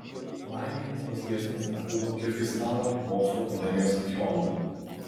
laimei tos grėsmės nepabūgo kirgizstano mokslų akademijos archeologai